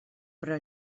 però